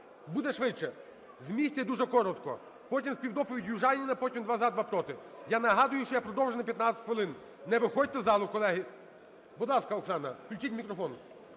буде швидше. З місця і дуже коротко. Потім співдоповідь – Южаніна, потім: два – за, два – проти. Я нагадую, що я продовжив на 15 хвилин. Не виходьте з залу, колеги. Будь ласка, Оксано. Включіть мікрофон.